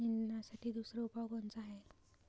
निंदनासाठी दुसरा उपाव कोनचा हाये?